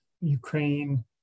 Ukraine